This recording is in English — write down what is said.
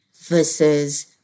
versus